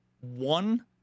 one